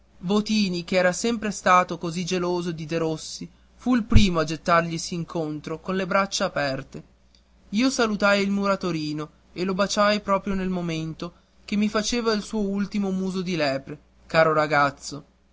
votini che era sempre stato così geloso di derossi fu il primo a gettarglisi incontro con le braccia aperte io salutai il muratorino e lo baciai proprio nel momento che mi faceva il suo ultimo muso di lepre caro ragazzo